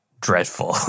dreadful